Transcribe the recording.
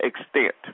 extent